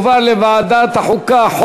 לוועדה שתקבע